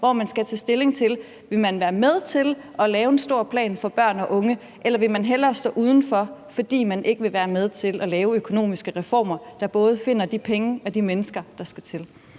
hvor man skal tage stilling til, om man vil være med til at lave en stor plan for børn og unge, eller om man hellere vil stå udenfor, fordi man ikke vil være med til at lave økonomiske reformer, hvor man både finder de penge og de mennesker, der skal til.